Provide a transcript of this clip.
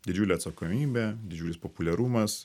didžiulė atsakomybė didžiulis populiarumas